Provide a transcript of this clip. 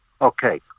Okay